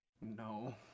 No